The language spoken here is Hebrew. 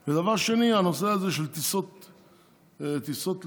2. הנושא הזה של טיסות לחו"ל,